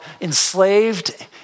enslaved